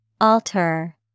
Alter